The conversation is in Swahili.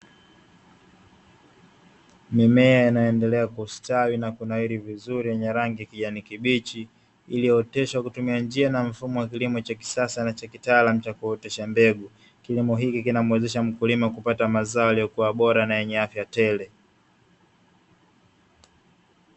Mimea inayoendelea kustawi na kunawiri vizuri yenye rangi ya kijani kibichi, iliyooteshwa kwa kutumia njia na mfumo wa kilimo cha kisasa na kitaalamu cha kuotesha mbegu. Kilimo hiki kinamuwezesha mkulima kupata mazao yaliyokuwa bora na yenye afya tele.